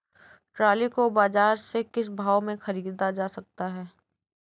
Trolley को बाजार से किस भाव में ख़रीदा जा सकता है?